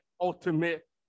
ultimate